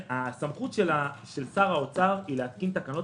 הסמכות של שר האוצר היא להתקין תקנות